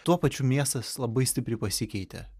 tuo pačiu miestas labai stipriai pasikeitė